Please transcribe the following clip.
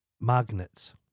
magnets